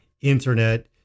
Internet